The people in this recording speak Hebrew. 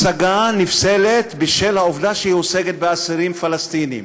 הצגה נפסלת בשל העובדה שהיא עוסקת באסירים פלסטינים,